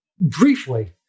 briefly